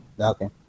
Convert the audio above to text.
Okay